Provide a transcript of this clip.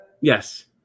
yes